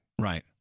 Right